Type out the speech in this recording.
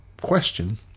question